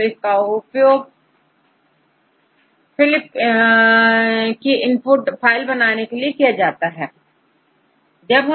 तो इसका उपयोग Phylip फिलिप की इनपुट फाइल बनाने के लिए बहुतायत से उपयोग किया जाता है